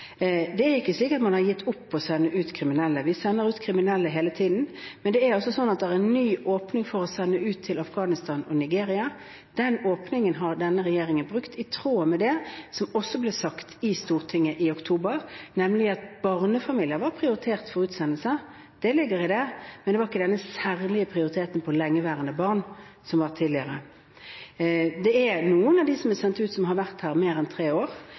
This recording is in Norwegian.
er også en ny åpning for å sende ut til Afghanistan og Nigeria. Den åpningen har denne regjeringen brukt, i tråd med det som også ble sagt i Stortinget i oktober, nemlig at barnefamilier var prioritert for utsendelse – det ligger i dette – men det er ikke den særlige prioriteten for lengeværende barn som var tidligere. Det er noen av dem som er sendt ut som har vært her lenger enn tre år,